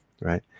right